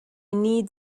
need